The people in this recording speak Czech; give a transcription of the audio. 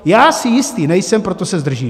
Já si jistý nejsem, proto se zdržím.